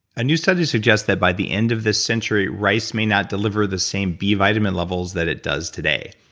a new study suggest that by the end of this century, rice may not deliver the same b vitamin levels that it does today.